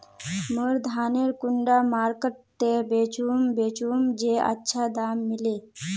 मोर धानेर कुंडा मार्केट त बेचुम बेचुम जे अच्छा दाम मिले?